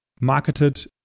marketed